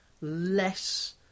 less